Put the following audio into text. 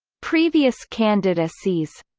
previous candidacies